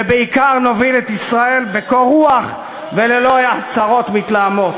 ובעיקר נוביל את ישראל בקור רוח ולא בהצהרות מתלהמות.